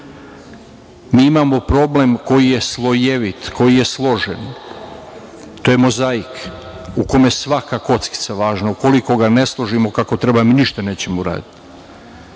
imamo problem koji je slojevit, koji je složen. To je mozaik u kome je svaka kockica važna. Ukoliko ga ne složimo kako treba, mi ništa nećemo uraditi.